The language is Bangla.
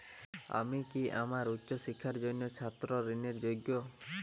আমি কি আমার উচ্চ শিক্ষার জন্য ছাত্র ঋণের জন্য যোগ্য?